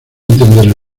entenderlo